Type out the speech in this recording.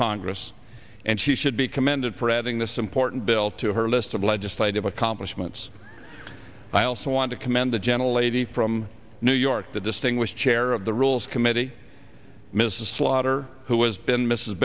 congress and she should be commended for adding this important bill to her list of legislative accomplishments and i also want to commend the gentle lady from new york the distinguished chair of the rules committee mrs slaughter who has been mrs